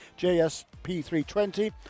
JSP320